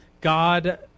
God